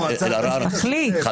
אז תחליט.